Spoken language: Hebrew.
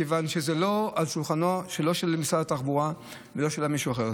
מכיוון שזה לא על שולחנו של משרד התחבורה ולא של מישהו אחר.